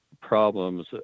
problems